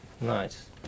Nice